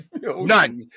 None